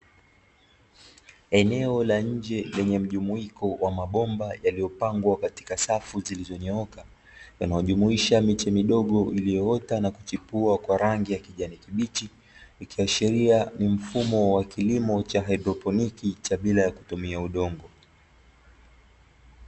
Eneo la nje lenye mjumuiko wa mabomba yaliyopangwa katika safu zilizonyooka, yanayojumuisha miche midogo iliyoota na kuchipua kwa rangi ya kijani kibichi, ikiashiria ni mfumo wa kilimo cha hydroponiki cha bila ya kutumia udongo.